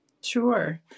Sure